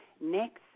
Next